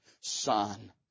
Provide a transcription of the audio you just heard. son